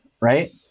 right